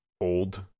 old